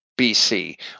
BC